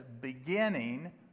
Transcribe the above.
beginning